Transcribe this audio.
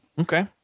Okay